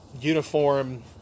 uniform